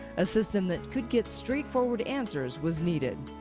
a system that could get straightforward answers was needed.